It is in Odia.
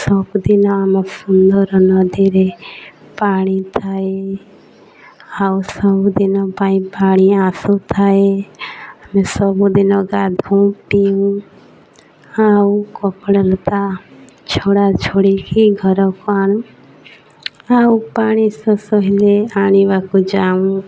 ସବୁଦିନ ଆମ ସୁନ୍ଦର ନଦୀରେ ପାଣି ଥାଏ ଆଉ ସବୁଦିନ ପାଇଁ ପାଣି ଆସୁଥାଏ ଆମେ ସବୁଦିନ ଗାଧୋଉ ପିଉ ଆଉ କପଡ଼ା ଲତା ଛଡ଼ାଛୁଡ଼ିକି ଘରକୁ ଆଣୁ ଆଉ ପାଣି ଶୋଷ ହେଲେ ଆଣିବାକୁ ଯାଉ